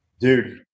Dude